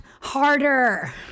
harder